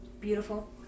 beautiful